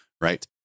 right